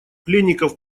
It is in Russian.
пленников